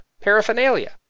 paraphernalia